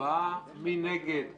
מי נגד?